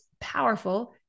powerful